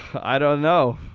i don't know.